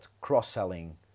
cross-selling